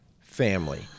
family